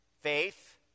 faith